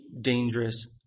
dangerous